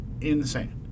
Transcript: insane